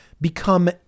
become